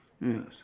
Yes